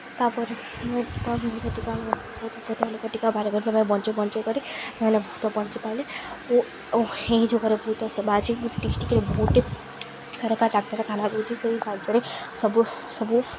ତା'ପରେ କମ୍ ବଞ୍ଚେଇ ବଞ୍ଚେଇ କରି ସେମାନେ ବହୁତ ବଞ୍ଚପାରିଲେ ଓ ଓ ଏ ଯୁଗରେ ବହୁତ ସେବା ଅଛି ଡିଷ୍ଟ୍ରିକ୍ରେ ବହୁଟେ ସରକାରୀ ଡାକ୍ତରଖାନ ରହୁଚି ସେହି ସାହାଯ୍ୟରେ ସବୁ ସବୁ